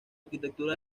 arquitectura